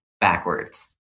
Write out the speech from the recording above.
backwards